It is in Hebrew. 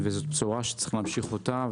וזאת בשורה שצריך להמשיך אותה.